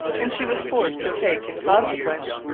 and she was forced to take, in consequence,